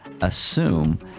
assume